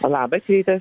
labas rytas